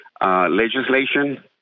legislation